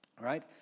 right